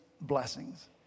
blessings